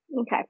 Okay